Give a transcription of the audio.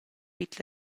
vid